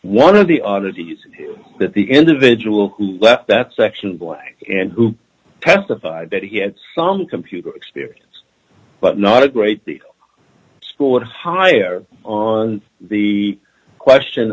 one of the oddities that the individual who left that section and who testified that he had some computer experience but not a great score higher on the question